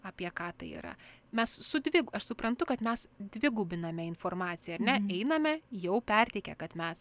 apie ką tai yra mes sudvig aš suprantu kad mes dvigubiname informaciją ar ne einame jau perteikia kad mes